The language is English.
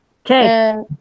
Okay